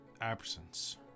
absence